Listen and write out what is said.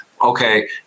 okay